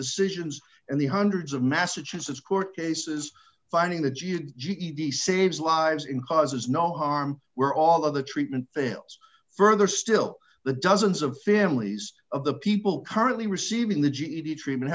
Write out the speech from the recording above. decisions and the hundreds of massachusetts court cases finding the jihad ged saves lives in causes no harm where all of the treatment fails further still the dozens of families of the people currently receiving the ged treatment